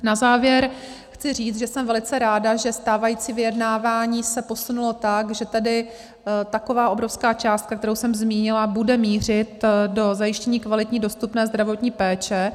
Na závěr chci říct, že jsem velice ráda, že stávající vyjednávání se posunulo tak, že tady taková obrovská částka, kterou jsem zmínila, bude mířit do zajištění kvalitní dostupné zdravotní péče.